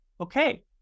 okay